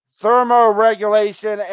thermoregulation